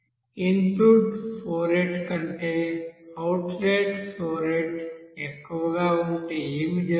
input flow rate కంటే outlet flow rate ఎక్కువగా ఉంటే ఏమి జరుగుతుంది